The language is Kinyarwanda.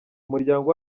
umuryango